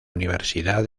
universidad